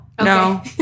No